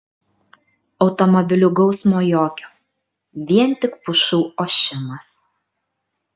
automobilių gausmo jokio vien tik pušų ošimas